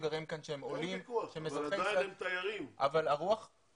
שגרים כאן שהם עולים ואזרחי ישראל.